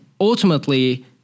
ultimately